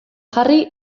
jarri